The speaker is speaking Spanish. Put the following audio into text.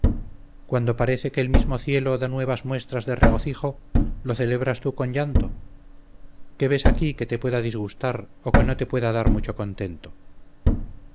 cuando parece que el mismo cielo da nuevas muestras de regocijo lo celebras tú con llanto qué ves aquí que te pueda disgustar o que no te pueda dar mucho contento